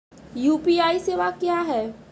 UPI सेवा क्या हैं?